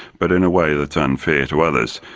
but in a way that's unfair to others,